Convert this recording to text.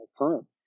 current